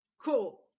Cool